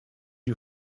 you